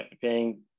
paying